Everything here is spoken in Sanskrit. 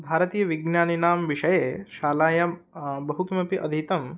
भारतीयविज्ञानिनां विषये शालायां बहु किमपि अधीतं